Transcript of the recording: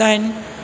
दाइन